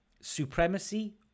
supremacy